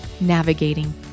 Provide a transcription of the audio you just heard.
navigating